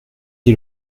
dit